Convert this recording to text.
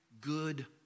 good